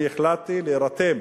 החלטתי להירתם.